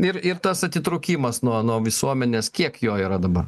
ir ir tas atitrūkimas nuo nuo visuomenės kiek jo yra dabar